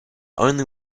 only